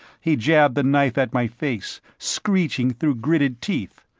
he jabbed the knife at my face, screeching through gritted teeth.